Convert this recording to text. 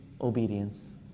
obedience